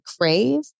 crave